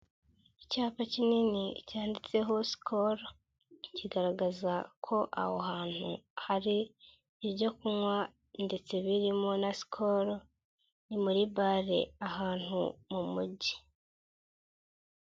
Icyapa kinini cyanditseho skol, kigaragaza ko aho hantu hari ibyo kunywa ndetse birimo na skol, ni muri bare ahantu mu mujyi.